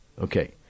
Okay